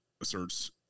asserts